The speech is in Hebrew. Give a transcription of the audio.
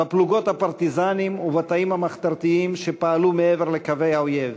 בפלוגות הפרטיזנים ובתאים המחתרתיים שפעלו מעבר לקווי האויב,